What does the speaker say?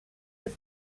was